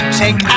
take